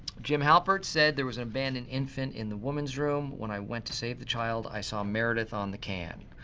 jim halpert said there was an abandoned infant in the women's room, when i went to save the child, i saw meredith on the can.